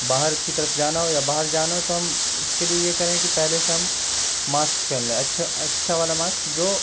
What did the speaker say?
باہر کی طرف جانا ہو یا باہر جانا ہو تو ہم اس کے لیے یہ کریں کہ پہلے سے ہم ماسک پہن لیں اچھے اچھا والا ماسک جو